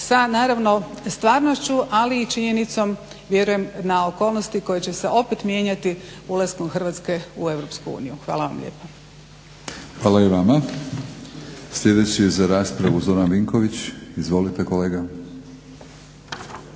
sa naravno stvarnošću, ali i činjenicom vjerujem na okolnosti koje će se opet mijenjati ulaskom Hrvatske u EU. Hvala vam lijepa. **Batinić, Milorad (HNS)** Hvala i vama. Sljedeći je za raspravu Zoran Vinković, izvolite kolega.